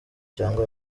canke